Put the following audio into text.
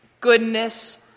goodness